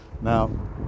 Now